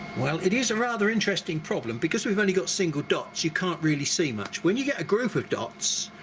well it is a rather interesting problem, because we've only got single dots you can't really see much when you get a group of dots